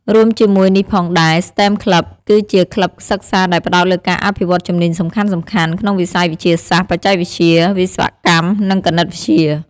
រួមជាមួយនេះផងដែរ STEM Club គឺជាក្លឹបសិក្សាដែលផ្តោតលើការអភិវឌ្ឍជំនាញសំខាន់ៗក្នុងវិស័យវិទ្យាសាស្ត្រ បច្ចេកវិទ្យា វិស្វកម្ម និងគណិតវិទ្យា ។